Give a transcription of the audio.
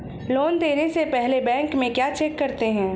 Loan देने से पहले बैंक में क्या चेक करते हैं?